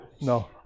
No